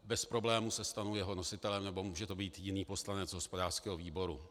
Bez problému se stanu jeho nositelem, nebo může to být jiný poslanec hospodářského výboru.